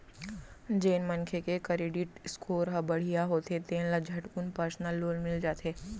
जेन मनखे के करेडिट स्कोर ह बड़िहा होथे तेन ल झटकुन परसनल लोन मिल जाथे